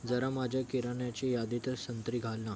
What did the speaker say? जरा माझ्या किराण्याची यादीत संत्री घाल ना